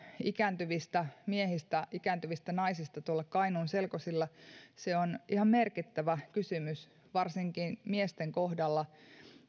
ikääntyvistä miehistä ikääntyvistä naisista tuolla kainuun selkosilla se on ihan merkittävä kysymys varsinkin miesten kohdalla